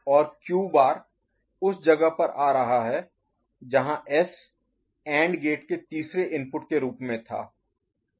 और क्यू बार उस जगह पर आ रहा है जहां एस एंड गेट के तीसरे इनपुट के रूप में था